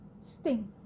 sting